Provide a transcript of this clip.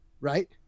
Right